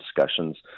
discussions